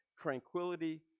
tranquility